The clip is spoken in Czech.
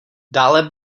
dále